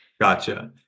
Gotcha